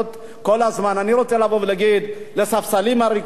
אני רוצה לבוא ולהגיד לספסלים הריקים של הליכוד: